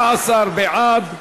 16 בעד,